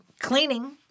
Cleaning